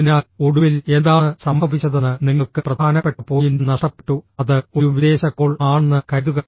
അതിനാൽ ഒടുവിൽ എന്താണ് സംഭവിച്ചതെന്ന് നിങ്ങൾക്ക് പ്രധാനപ്പെട്ട പോയിന്റ് നഷ്ടപ്പെട്ടു അത് ഒരു വിദേശ കോൾ ആണെന്ന് കരുതുക